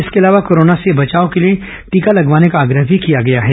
इसके अलावा कोरोना से बचाव के लिए टीका लगवाने का आग्रह भी किया गया है